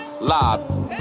live